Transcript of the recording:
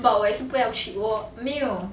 but 我也是不要去我没有